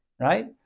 right